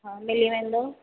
हा मिली वेंदो